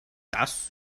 das